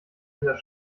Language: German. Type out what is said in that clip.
dieser